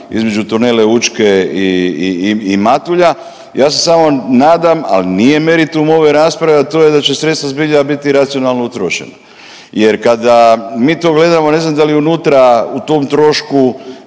između tunela Učke i Matulja. Ja se samo nadam, ali nije meritum ove rasprave, a to je da će sredstva zbilja biti racionalno utrošena jer kada mi to gledamo, ne znam da li unutra u tom trošku